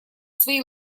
свои